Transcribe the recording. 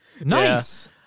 Nice